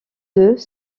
deux